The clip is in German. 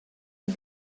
den